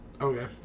Okay